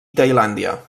tailàndia